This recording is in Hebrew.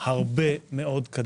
קדימה הרבה מאוד.